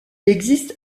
existe